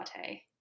latte